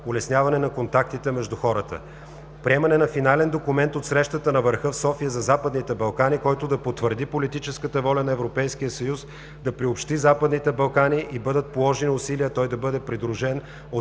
улесняване на контактите между хората; - приемане на финален документ от срещата на върха в София за Западните Балкани, който да потвърди политическата воля на Европейския съюз да приобщи Западните Балкани и бъдат положени усилия той да бъде придружен от